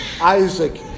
Isaac